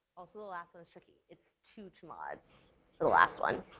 also, the last one is tricky. it's two chmods for the last one.